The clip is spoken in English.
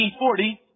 1940